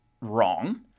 wrong